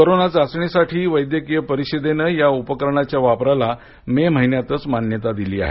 corona चाचणीसाठी वैद्यकीय परिषदेनं या उपकरणाच्या वापरला मे महिन्यातच मान्यता दिली आहे